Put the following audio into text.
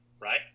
right